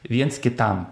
viens kitam